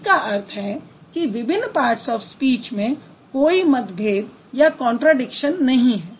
इसका अर्थ है कि विभिन्न पार्ट्स ऑफ स्पीच में कोई मतभेद नहीं है